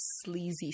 sleazy